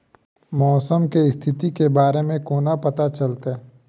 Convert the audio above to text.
मौसम केँ स्थिति केँ बारे मे कोना पत्ता चलितै?